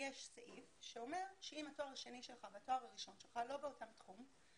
יש סעיף שאומר שאם התואר השני שלך והתואר הראשון שלך לא באותו תחום,